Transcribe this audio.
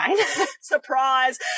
Surprise